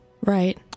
Right